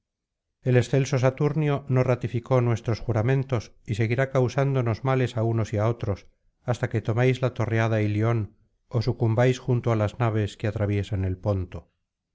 el excelso saturnio no ratificó nuestros juramentos y seguirá causándonos males á unos y á otros hasta que toméis la torreada ilion ó sucumbáis junto á las naves que atraviesan el ponto